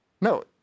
No